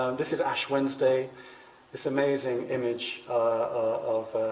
ah this is ash wednesday this amazing image of